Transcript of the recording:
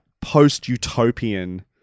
post-utopian